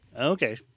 Okay